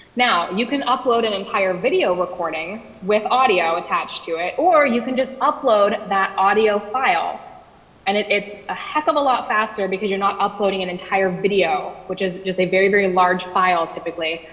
now you can upload an entire video recording with audio attached to it or you can just upload that audio file and it's a heck of a lot faster because you're not uploading an entire video, which is just a very, very large file, typically,